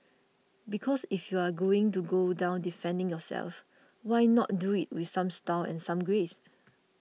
because if you are going to go down defending yourself why not do it with some style and some grace